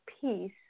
peace